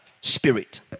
Spirit